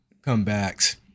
comebacks